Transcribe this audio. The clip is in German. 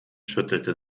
schüttelte